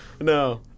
No